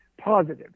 positive